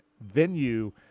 venue